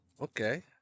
Okay